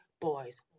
boys